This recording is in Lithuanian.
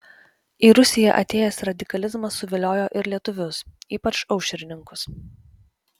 į rusiją atėjęs radikalizmas suviliojo ir lietuvius ypač aušrininkus